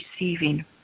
receiving